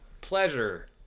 pleasure